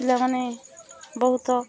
ପିଲାମାନେ ବହୁତ